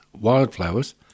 wildflowers